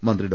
മന്ത്രി ഡോ